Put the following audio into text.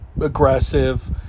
aggressive